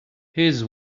his